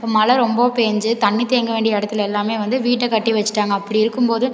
இப்போ மழை ரொம்ப பெஞ்சு தண்ணி தேங்க வேண்டிய இடத்துல எல்லாமே வந்து வீட்டை கட்டி வச்சுட்டாங்க அப்படி இருக்கும் போது